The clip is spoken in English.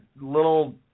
little